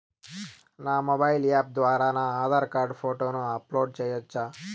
నా mobile app ద్వారా నా ఆధార్ కార్డు ఫోటోను అప్లోడ్ సేయొచ్చా?